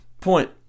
point